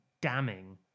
damning